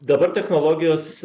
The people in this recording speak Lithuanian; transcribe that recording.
dabar technologijos